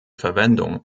verwendung